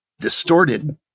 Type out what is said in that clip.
distorted